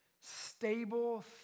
stable